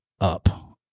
up